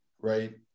right